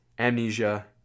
Amnesia